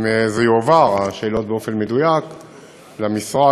אם השאלות יועברו באופן מדויק למשרד,